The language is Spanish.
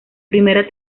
primera